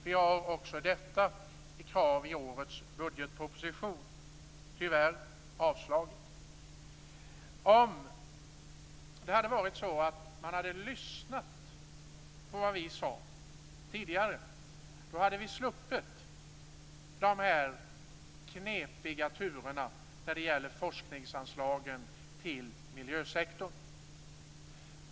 Vi har med det kravet också i årets budgetproposition - tyvärr blev det avslag. Om man hade lyssnat på vad vi tidigare sade skulle vi ha sluppit de här knepiga turerna kring forskningsanslagen till miljösektorn.